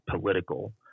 political